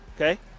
okay